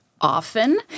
Often